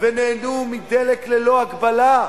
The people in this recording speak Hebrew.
ונהנו מדלק ללא הגבלה,